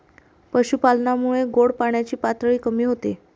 पशुपालनामुळे गोड पाण्याची पातळी कमी होते